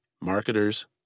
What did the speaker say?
marketers